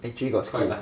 actually got skill